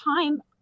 time